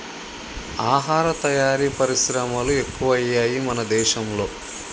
ఆహార తయారీ పరిశ్రమలు ఎక్కువయ్యాయి మన దేశం లో